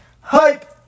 Hype